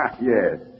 Yes